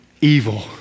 evil